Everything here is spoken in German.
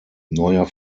neuer